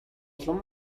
улам